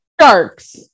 sharks